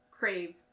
crave